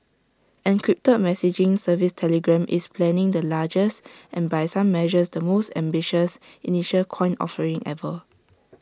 encrypted messaging service Telegram is planning the largest and by some measures the most ambitious initial coin offering ever